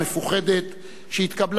שהתקבלה באולימפיאדת מינכן,